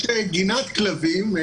יש גינת כלבים.